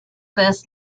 this